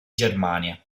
germania